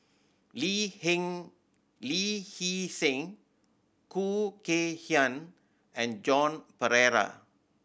Lee Lee Hee Seng Khoo Kay Hian and Joan Pereira